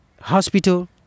hospital